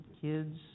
kids